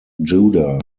judah